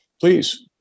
please